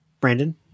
Brandon